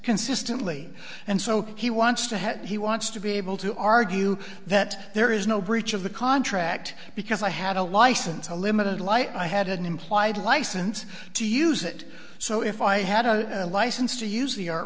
consistently and so he wants to have he wants to be able to argue that there is no breach of the contract because i had a license a limited light i had an implied license to use it so if i had a license to use the